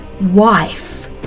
wife